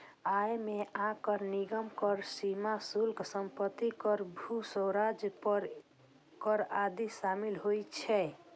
अय मे आयकर, निगम कर, सीमा शुल्क, संपत्ति कर, भू राजस्व पर कर आदि शामिल होइ छै